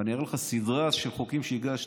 ואני אראה לך סדרת חוקים שהגשתי,